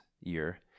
year